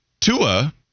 Tua